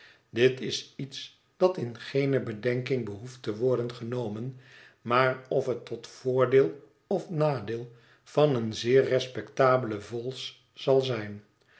dit is iets dat in geene bedenking behoeft te worden genomen maar of het tot voordeel of nadeel van een zeer respectabelen vholes zal zijn